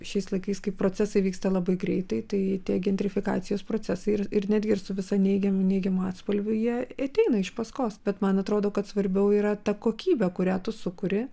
išiais laikais kai procesai vyksta labai greitai tai tie gentrifikacijos procesai ir ir netgi su visa neigiamu neigiamu atspalviu jie ateina iš paskos bet man atrodo kad svarbiau yra ta kokybė kurią tu sukuri